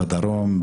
בדרום,